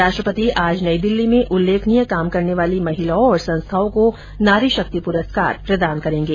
राष्ट्रपति आज नई दिल्ली में उल्लेखनीय काम करने वाली महिलाओं और संस्थाओं को नारी शक्ति पुरस्कार प्रदान करेंगे